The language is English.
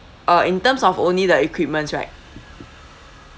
uh in terms of only the equipments right